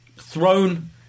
thrown